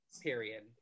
period